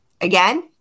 Again